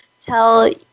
tell